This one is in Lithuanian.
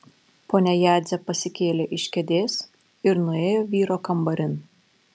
ponia jadzė pasikėlė iš kėdės ir nuėjo vyro kambarin